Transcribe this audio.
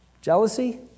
Jealousy